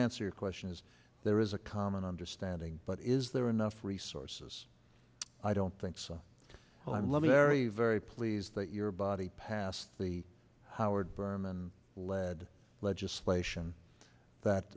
answer your question is there is a common understanding but is there enough resources i don't think so i love you very very pleased that your body passed the howard berman led legislation that